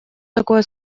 такое